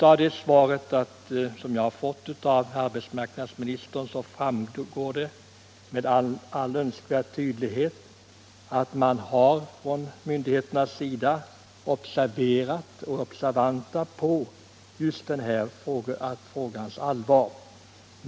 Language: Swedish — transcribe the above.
Av det svar som jag har fått av arbetsmarknadsministern framgår med all önskvärd tydlighet att man från myndigheternas sida har observerat den här frågans allvar.